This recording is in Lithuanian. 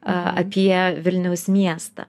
apie vilniaus miestą